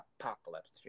Apocalypse